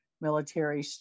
Military